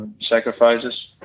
sacrifices